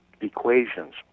equations